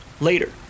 later